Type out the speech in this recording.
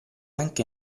anche